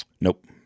Nope